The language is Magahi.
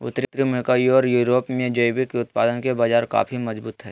उत्तरी अमेरिका ओर यूरोप में जैविक उत्पादन के बाजार काफी मजबूत हइ